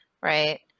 right